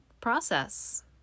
process